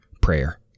prayer